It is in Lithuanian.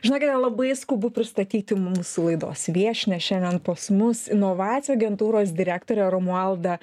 žinokite labai skubu pristatyti mūsų laidos viešnią šiandien pas mus inovacijų agentūros direktorė romualda